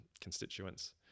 constituents